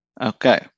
Okay